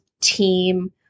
team